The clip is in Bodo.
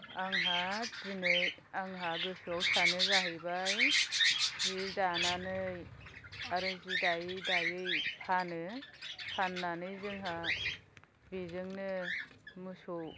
आंहा दिनै आंहा गोसोआव सानो जाहैबाय जि दानानै आरो जि दायै दायै फानो फान्नानै जोंहा बेजोंनो मोसौ